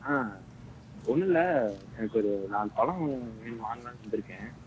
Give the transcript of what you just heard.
ஆ ஒன்றும் இல்ல எனக்கு ஒரு நாலு பழம் வேணும் வாங்கலாம்னு வந்திருக்கேன்